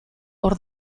hor